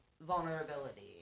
vulnerability